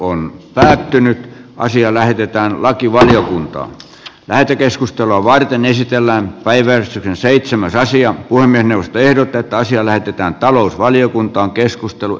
puhemiesneuvosto ehdottaa että asia lähetetään lakivaliokuntaan lähetekeskustelua varten esitellään päivää seitsemän raisio kun minusta ehdotetaan siellä pitää talousvaliokuntaa talousvaliokuntaan